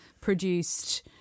produced